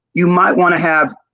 you might want to have.